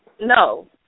No